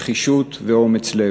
נחישות ואומץ לב,